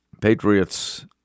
Patriots